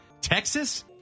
Texas